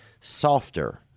softer